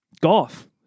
golf